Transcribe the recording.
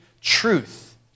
truth